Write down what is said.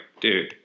dude